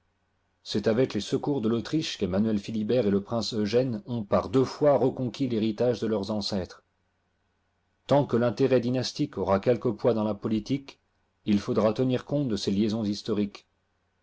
c'est avec les secours de l'autriche quemmanuel philibert et le prince eugène ont par deux fois reconquis l'héritage de leurs ancêtres tant que l'intérêt dynastique aura quelque poids dans la politique il faudra tenir compte de ces liasons historiques